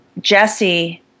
Jesse